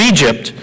Egypt